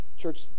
Church